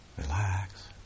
relax